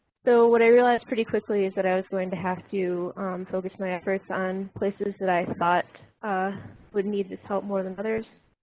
so what i realized pretty quickly is that i was going to have to focus my efforts on places that i thought would need this help more than others.